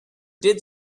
did